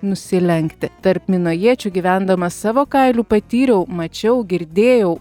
nusilenkti tarp minojiečių gyvendama savo kailiu patyriau mačiau girdėjau